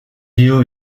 view